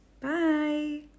Bye